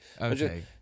Okay